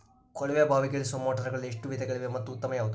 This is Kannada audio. ಕೊಳವೆ ಬಾವಿಗೆ ಇಳಿಸುವ ಮೋಟಾರುಗಳಲ್ಲಿ ಎಷ್ಟು ವಿಧಗಳಿವೆ ಮತ್ತು ಉತ್ತಮ ಯಾವುದು?